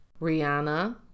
rihanna